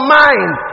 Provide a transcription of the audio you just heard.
mind